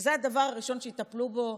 שזה הדבר הראשון שיטפלו בו?